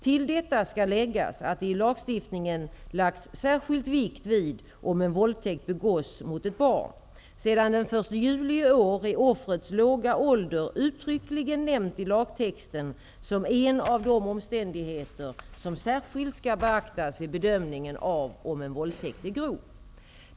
Till detta skall läggas att det i lagstiftningen lagts särskild vikt vid om en våldtäkt begås mot ett barn. Sedan den 1 juli i år är offrets låga ålder uttryckligen nämnd i lagtexten som en av de omständigheter som särskilt skall beaktas vid bedömningen av om en våldtäkt är grov.